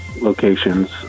Locations